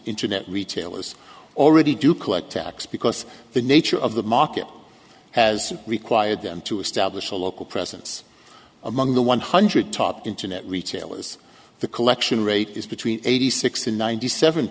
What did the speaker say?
internet retailers already do collect tax because the nature of the market has required them to establish a local presence among the one hundred top internet retailers the collection rate is between eighty six and ninety seven